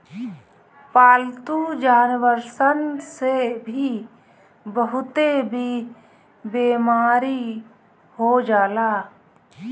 पालतू जानवर सन से भी बहुते बेमारी हो जाला